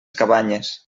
cabanyes